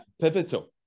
pivotal